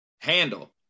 handle